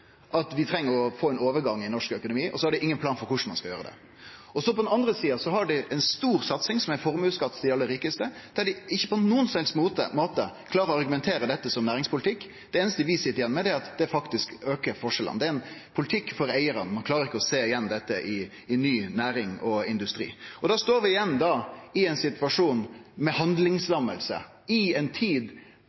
ingen plan for korleis ein skal gjere det. På den andre sida har dei ei stor satsing, som er formuesskatt til dei aller rikaste, der dei ikkje på nokon som helst måte klarer å argumentere for dette som næringspolitikk. Det einaste vi sit igjen med, er at det faktisk aukar forskjellane. Det er ein politikk for eigarane, og ein klarer ikkje å sjå dette igjen i ny næring og industri. Da står vi igjen i ein situasjon med handlingslamming i ei tid